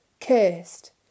Cursed